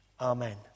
Amen